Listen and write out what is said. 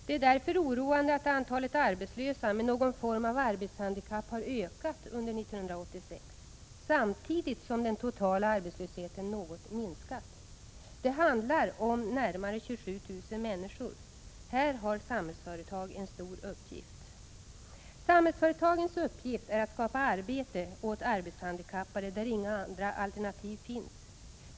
Det är därför oroande att antalet arbetslösa med någon form av arbetshandikapp har ökat under 1986, samtidigt som den totala arbetslösheten minskat något. Det handlar om närmare 27 000 människor. Här har Samhällsföretag en stor uppgift. Samhällsföretagsgruppens uppgift är att skapa arbete åt arbetshandikappade där inga andra alternativ finns.